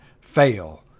fail